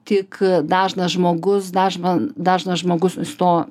tik dažnas žmogus dažną dažnas žmogus jis to